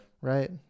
right